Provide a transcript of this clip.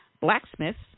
Blacksmiths